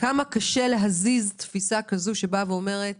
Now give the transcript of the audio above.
כמה קשה להזיז תפיסה שאומרת